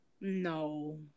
No